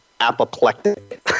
apoplectic